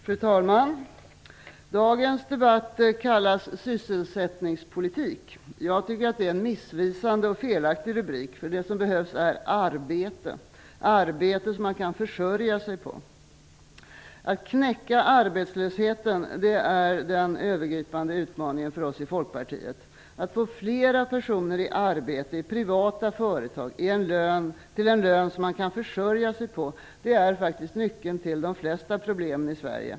Fru talman! Dagens debatt har rubriken Sysselsättningspolitiken. Jag tycker att det är en missvisande och felaktig rubrik, eftersom det som behövs är arbete, arbete som man kan försörja sig på. Att knäcka arbetslösheten är den övergripande utmaningen för oss i Folkpartiet. Att få fler personer i arbete i privata företag, till en lön som de kan försörja sig på, det är faktiskt nyckeln till de flesta problemen i Sverige.